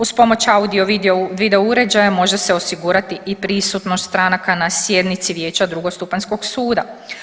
Uz pomoć audio video uređaja može se osigurati i prisutnost stranaka na sjednici vijeća drugostupanjskog suda.